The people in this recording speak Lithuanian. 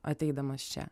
ateidamas čia